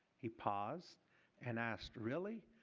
he paused and asked, really?